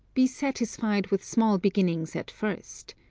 be satisfied with small beginnings at first.